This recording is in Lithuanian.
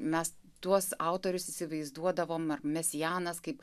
mes tuos autorius įsivaizduodavome ar mesianas kaip